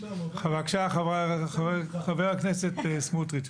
בבקשה, חבר הכנסת סמוטריץ'.